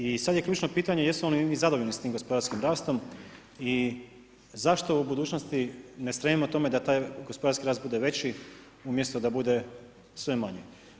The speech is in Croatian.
I sad je ključno pitanje, jesu li oni zadovoljni s tim gospodarskim rastom i zašto u budućnosti ne stremimo tome da taj gospodarski rast bude veći umjesto da bude sve manji.